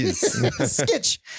Sketch